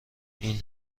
این